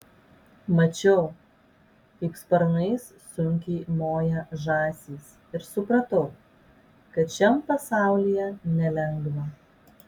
mačiau kaip sparnais sunkiai moja žąsys ir supratau kad šiam pasaulyje nelengva